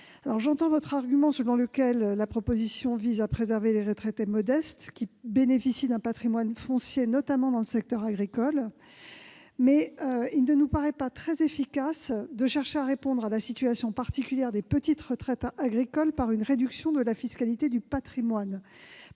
J'entends votre argument selon lequel la proposition vise à préserver les retraités modestes qui bénéficient d'un patrimoine foncier, notamment dans le secteur agricole. Il ne nous paraît cependant pas très efficace de chercher à répondre à la situation particulière des petites retraites agricoles par une réduction de la fiscalité du patrimoine,